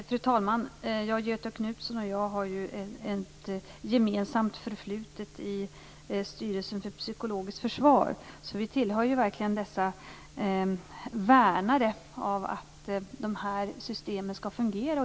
Fru talman! Göthe Knutson och jag har ju ett gemensamt förflutet i Styrelsen för psykologiskt försvar, så vi tillhör verkligen dem som värnar om att de här systemen skall fungera.